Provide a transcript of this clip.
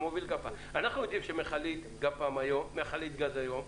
אנחנו יודעים שמכלית גז היום,